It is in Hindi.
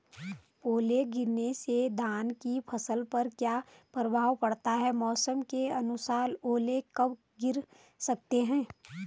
ओले गिरना से धान की फसल पर क्या प्रभाव पड़ेगा मौसम के अनुसार ओले कब गिर सकते हैं?